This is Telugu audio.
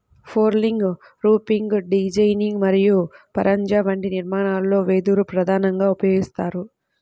ఫ్లోరింగ్, రూఫింగ్ డిజైనింగ్ మరియు పరంజా వంటి నిర్మాణాలలో వెదురు ప్రధానంగా ఉపయోగిస్తారు